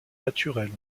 naturels